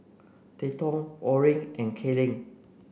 Trenton Orrin and Kellen